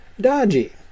dodgy